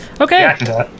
Okay